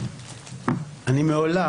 אני מעולם,